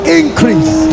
increase